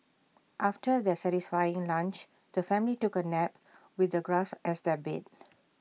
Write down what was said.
after their satisfying lunch the family took A nap with the grass as their bed